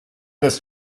this